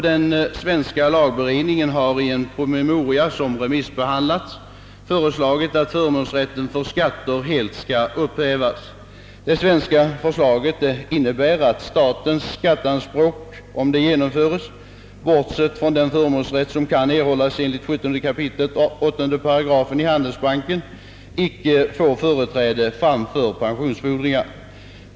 Den svenska lagberedningen har i en promemoria, som remissbehandlats, föreslagit att förmånsrätten för skatter helt måtte upphävas. Ett genomförande av det svenska förslaget medför att statens skatteanspråk — bortsett från den förmånsrätt som kan erhållas enligt 17 kap. 8 § handelsbalken — icke får företräde framför pensionsfordringar.